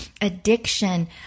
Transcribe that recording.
addiction